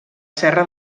serra